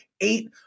eight